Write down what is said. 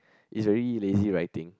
is already lazy writing